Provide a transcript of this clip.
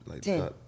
Ten